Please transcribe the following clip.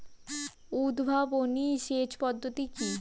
উদ্ভাবনী সেচ পদ্ধতি কি?